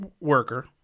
worker